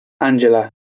Angela